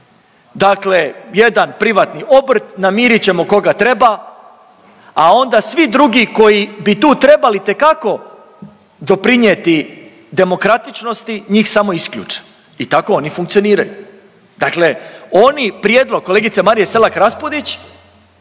dakle jedan privatni obrt, namirit ćemo koga treba, a onda svi drugi koji bi tu trebali itekako doprinijeti demokratičnosti, njih samo isključe. I tako oni funkcioniraju. Dakle oni prijedlog kolegice Marije Selak Raspudić,